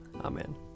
Amen